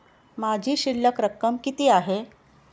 माझी शिल्लक रक्कम किती आहे?